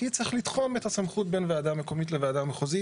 כי צריך לתחום את הסמכות בין ועדה מקומית לוועדה מחוזית.